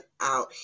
out